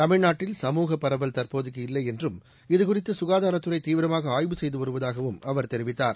தமிழ்நாட்டில் சமூக பரவல் தற்போதைக்கு இல்லை என்றும் இதுகுறித்து சுகாதாரத்துறை தீவிரமாக ஆய்வு செய்து வருவதாகவும் அவர் தெரிவித்தார்